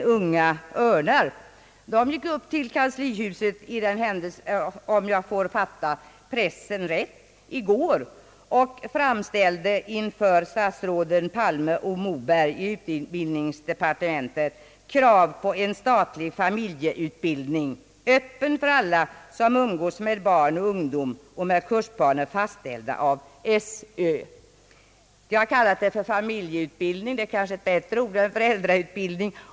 Representanter för dem gick upp till kanslihuset i går — om jag har förstått tidningspressen rätt — och framställde inför statsråden Palme och Moberg i utbildningsdepartementet krav på en statlig familjeutbildning, öppen för alla som umgås med barn och ungdom och med kursplaner fastställda av skolöverstyrelsen. De har använt ordet familjeutbildning, och det kanske är ett bättre ord än föräldrautbildning.